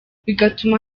bigatuma